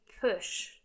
push